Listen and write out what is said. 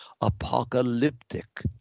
apocalyptic